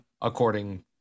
according